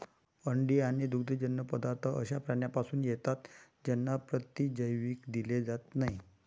अंडी आणि दुग्धजन्य पदार्थ अशा प्राण्यांपासून येतात ज्यांना प्रतिजैविक दिले जात नाहीत